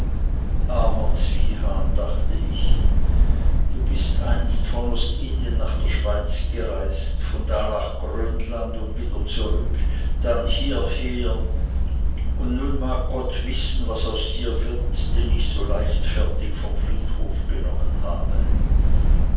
dachte ich du bist einst von ostindien nach der schweiz gereist von da nach grönland und wieder zurück dann hierher und nun mag gott wissen was aus dir wird den ich so leichtfertig vom friedhofe genommen habe